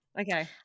Okay